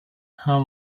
how